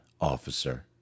officer